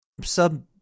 Sub